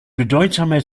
bedeutsamer